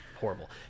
horrible